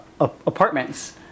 apartments